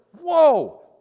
whoa